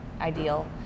ideal